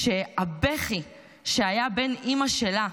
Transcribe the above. שהבכי שהיה בין אימא שלה,